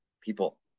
people